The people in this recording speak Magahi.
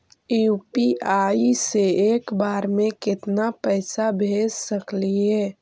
यु.पी.आई से एक बार मे केतना पैसा भेज सकली हे?